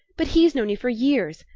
but he's known you for years,